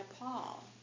Paul